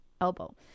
elbow